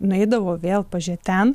nueidavo vėl pažėt ten